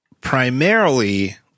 primarily